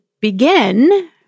begin